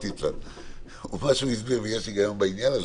הוא הסביר, ויש הגיון בעניין הזה,